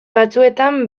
batzuetan